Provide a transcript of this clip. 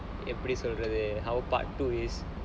எப்படி சொல்றது:eppadi solrathu how part two is